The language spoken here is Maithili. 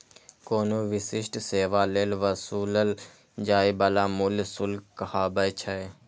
कोनो विशिष्ट सेवा लेल वसूलल जाइ बला मूल्य शुल्क कहाबै छै